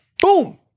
boom